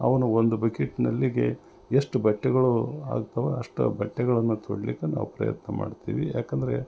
ಅವನ್ನು ಒಂದು ಬಕೇಟ್ನಲ್ಲಿಗೆ ಎಷ್ಟು ಬಟ್ಟೆಗಳು ಆಗ್ತವೆ ಅಷ್ಟು ಬಟ್ಟೆಗಳನ್ನು ತೊಳಿಲಿಕ್ಕೆ ನಾವು ಪ್ರಯತ್ನ ಮಾಡ್ತೀವಿ ಯಾಕಂದರೆ